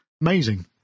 amazing